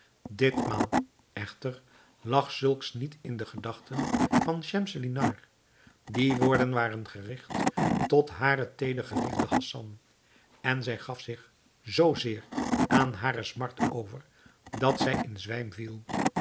ditmaal echter lag zulks niet in de gedachten van schemselnihar die woorden waren gerigt tot haren teeder geliefden hassan en zij gaf zich zoo zeer aan hare smart over dat zij in zwijm viel